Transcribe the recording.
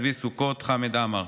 צבי סוכות וחמד עמאר,